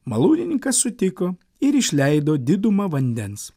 malūnininkas sutiko ir išleido didumą vandens